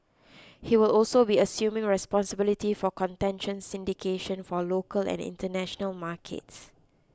he will also be assuming responsibility for contention syndication for local and international markets